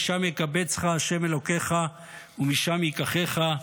משם יקבצך ה' אלוהיך ומשם ייקחך.